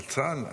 על צה"ל?